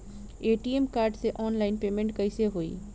ATM card से online payment कैसे होई?